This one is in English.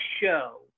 show